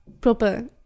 proper